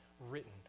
written